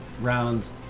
rounds